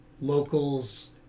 locals